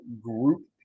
group